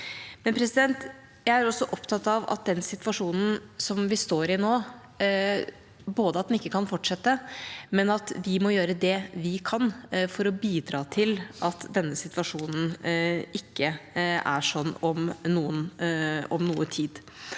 Jeg er opptatt av at den situasjonen vi står i nå, ikke kan fortsette, og at vi må gjøre det vi kan for å bidra til at denne situasjonen ikke er sånn om noe tid.